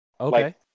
Okay